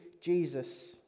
Jesus